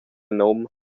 num